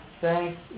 thanks